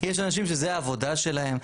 יש אנשים שזה העבודה שלהם.